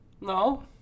No